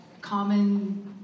common